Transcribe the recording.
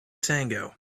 tango